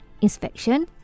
inspection